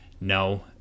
No